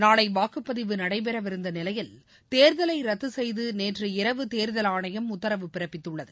நாளைவாக்குப்பதிவு நடைபெறவிருந்தநிலையில் தேர்தலைத்துசெய்துநேற்றிரவு தேர்தல் ஆணையம் உத்தரவு பிறப்பித்துள்ளது